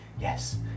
Yes